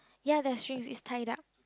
ya there is strings it's tied up